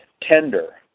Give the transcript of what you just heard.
tender